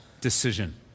decision